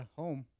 home